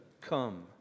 come